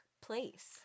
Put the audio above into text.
place